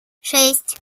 шесть